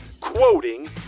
quoting